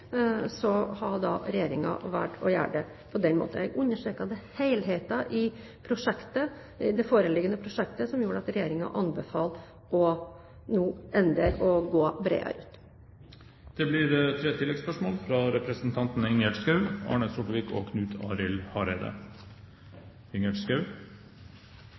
valgt å gjøre det på den måten. Jeg understreker at det var helheten i det foreliggende prosjektet som gjorde at regjeringen anbefalte å endre og gå bredere ut. Det blir tre oppfølgingsspørsmål – først Ingjerd Schou.